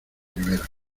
ribera